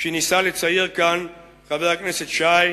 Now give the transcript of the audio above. שניסה לצייר כאן חבר הכנסת שי,